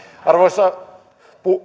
arvoisa